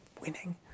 winning